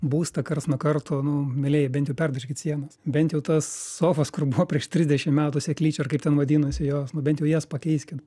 būstą karts nuo karto nu mielieji bent jau perdažykit sienas bent jau tas sofas kur buvo prieš trisdešim metų sėklyčia ar kaip ten vadinasi jos nu bent jau jas pakeiskit